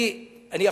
אדוני היושב-ראש,